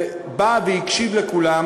ובא והקשיב לכולם,